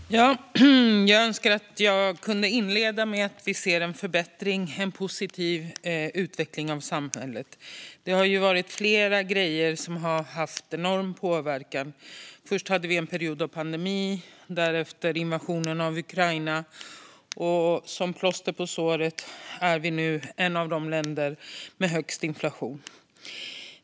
Fru talman! Jag önskar att jag kunde inleda med att vi ser en förbättring, en positiv utveckling av samhället. Det har ju varit flera grejer som har haft enorm påverkan. Först hade vi en period av pandemi, därefter invasionen av Ukraina, och som plåster på såren är Sverige nu ett av de länder som har högst inflation.